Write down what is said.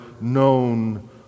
known